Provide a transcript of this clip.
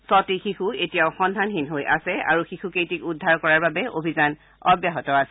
ছটি শিশু এতিয়াও সন্ধানহীন হৈ আছে আৰু শিশুকেইটিক উদ্ধাৰ কৰাৰ বাবে অভিযান অব্যাহত আছে